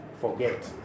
forget